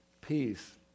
peace